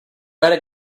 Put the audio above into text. better